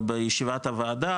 בישיבת הועדה.